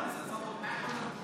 לוועדה שתקבע ועדת הכנסת נתקבלה.